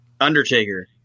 Undertaker